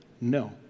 no